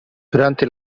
durante